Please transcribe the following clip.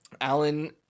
alan